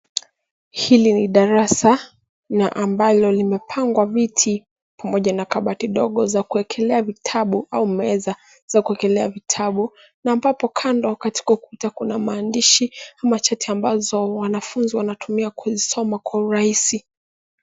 Hili ni darasa na ambalo limepangwa viti pamoja na kabati ndogo za kuekelea vitabu au meza za kuekelea vitabu na ambapo kando katika ukuta kuna maandishi ama chati ambazo wanafunzi wanatumia kusoma kwa urahisi.